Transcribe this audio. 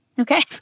Okay